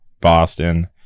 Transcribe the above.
boston